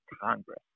Congress